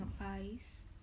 eyes